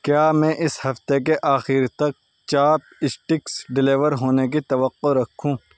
کیا میں اس ہفتے کے آخر تک چاپ اسٹکس ڈیلیور ہونے کی توقع رکھوں